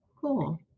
Cool